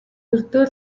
ердөө